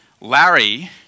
Larry